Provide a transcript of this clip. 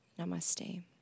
Namaste